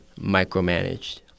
micromanaged